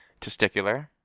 Testicular